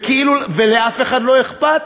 ולאף אחד לא אכפת,